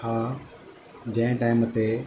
हा जंहिं टाइम ते